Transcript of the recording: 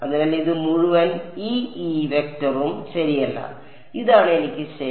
അതിനാൽ ഇത് മുഴുവൻ വെക്ടറും ശരിയല്ല ഇതാണ് എനിക്ക് ശരി